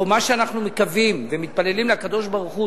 או מה שאנחנו מקווים ומתפללים לקדוש-ברוך-הוא